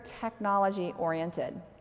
technology-oriented